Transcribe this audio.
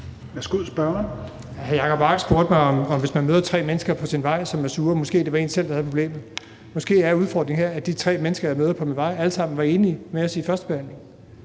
Hr. Jacob Mark sagde, at hvis man møder tre mennesker på sin vej, som er sure, var det måske en selv, der havde problemet. Måske er udfordringen her, at de tre mennesker, jeg møder på min vej, alle sammen var enige med os under førstebehandlingen.